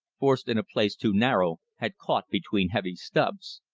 forced in a place too narrow, had caught between heavy stubs.